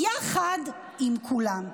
יחד עם כולם".